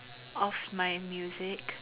of my music